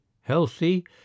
healthy